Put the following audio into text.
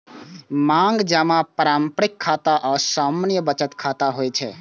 मांग जमा पारंपरिक खाता आ सामान्य बचत खाता होइ छै